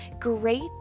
great